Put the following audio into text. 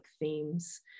themes